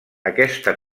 aquesta